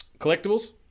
collectibles